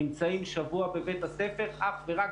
נמצאים שבוע בבית הספר אך ורק